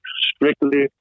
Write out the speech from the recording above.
strictly